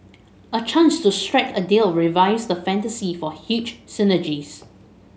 a chance to strike a deal revives the fantasy for huge synergies